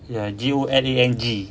ya G O L A N G